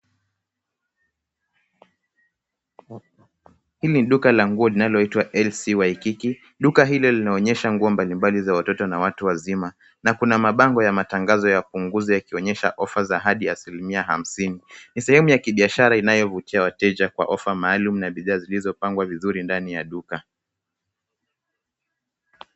Hili ni duka la nguo linaloitwa LC Waikiki. Duka hili linaonesha nguo mbalimbali za watoto na watu wazima na kuna mabango ya matangazo ya punguzo yakionesha offer za hadi asilimia hamsini. Ni sehemu ya kibiashara inayovutia wateja kwa offer maalum na bidhaa zilizopangwa vizuri ndani ya duka.